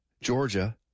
Georgia